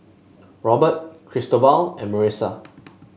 Robert Cristobal and Marissa